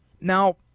Now